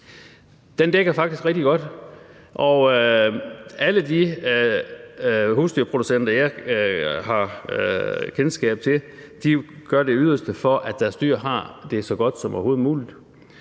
Den dækker faktisk rigtig godt, og alle de husdyrproducenter, jeg har kendskab til, gør det yderste, for at deres dyr har det så godt som overhovedet muligt.